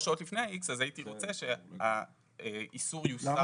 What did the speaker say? שעות לפני ה-X אז הייתי רוצה שהאיסור יוסר.